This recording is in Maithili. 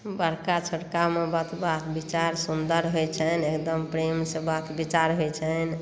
बड़का छोटकामे बात विचार सुन्दर होइ छनि एकदम प्रेमसँ बात विचार होइ छनि